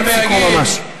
משפט סיכום ממש.